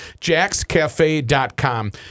JacksCafe.com